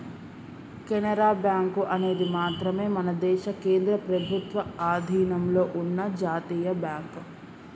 Canara bank అనేది మాత్రమే మన దేశ కేంద్ర ప్రభుత్వ అధీనంలో ఉన్న జాతీయ బ్యాంక్